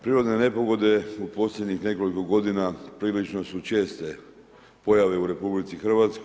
Prirodne nepogode u posljednjih nekoliko godina prilično su česte pojave u RH.